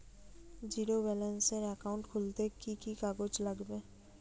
Zero ব্যালেন্সের account খুলতে কি কি কাগজ লাগবে?